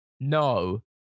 No